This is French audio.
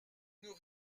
nous